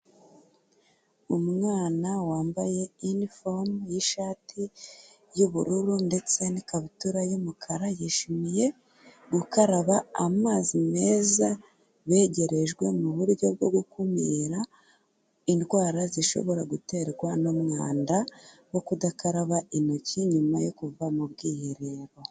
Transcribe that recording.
Umwana wambaye infomu y'ishati y'ubururu ndetse n'ikabutura y'umukara, yishimiye gukaraba amazi meza begerejwe mu buryo bwo gukumira indwara zishobora guterwa n'umwanda wo kudakaraba intoki nyuma yo kuva mu bwiherero.